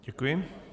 Děkuji.